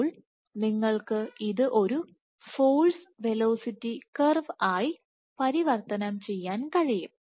അപ്പോൾ നിങ്ങൾക്ക് ഇത് ഒരു ഫോഴ്സ് വെലോസിറ്റി കർവ് ആയി പരിവർത്തനം ചെയ്യാൻ കഴിയും